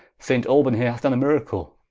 saint albone here hath done a miracle